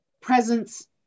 presence